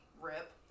Rip